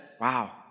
wow